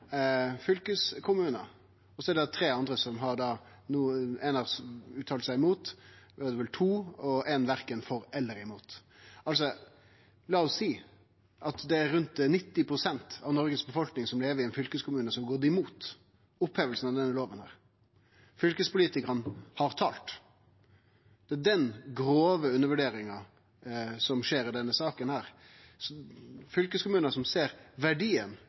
fylkeskommunar. Så er det tre fylkeskommunar der éin har uttalt seg imot – no er det vel to – og ein verken for eller imot. Lat oss seie at det er rundt 90 pst. av befolkninga i Noreg som lever i ein fylkeskommune som har gått imot opphevinga av denne loven. Fylkespolitikarane har talt – det er den grove undervurderinga som skjer i denne saka – fylkeskommunar som ser verdien